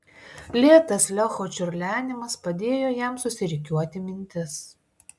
lėtas lecho čiurlenimas padėjo jam susirikiuoti mintis